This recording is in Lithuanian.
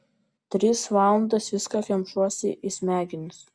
tris valandas viską kemšuosi į smegenis